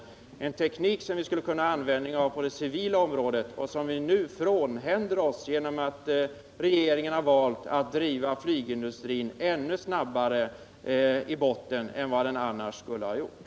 Det är en teknik som vi skulle kunna ha användning av på det civila området men som vi nu frånhänder oss genom att regeringen valt att driva flygindustrin ännu snabbare i botten än den annars skulle ha gjort.